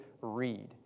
read